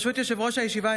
ברשות יושב-ראש הישיבה,